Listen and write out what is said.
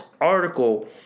article